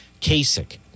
Kasich